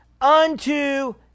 unto